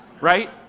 right